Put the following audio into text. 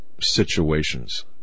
situations